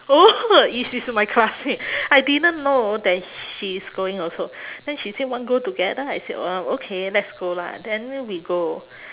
oh is is my classmate I didn't know that she is going also then she say want go together I said um okay let's go lah then we go